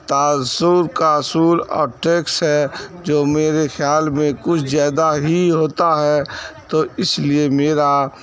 تاثر کا اصول اور ٹیکس ہے جو میرے خیال میں کچھ زیادہ ہی ہوتا ہے تو اس لیے میرا